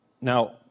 Now